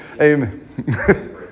Amen